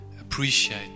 appreciate